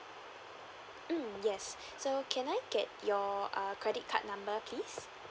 mm yes so can I get your err credit card number please